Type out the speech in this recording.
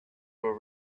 were